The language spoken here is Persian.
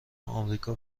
آمریکا